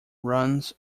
runs